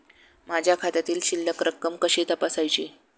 माझ्या खात्यामधील शिल्लक रक्कम कशी तपासायची?